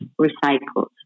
recycled